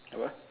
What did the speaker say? apa